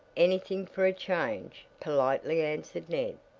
anything for a change, politely answered ned.